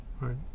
right